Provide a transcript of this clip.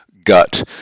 gut